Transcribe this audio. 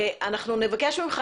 אנחנו נבקש ממך,